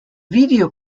video